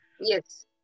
Yes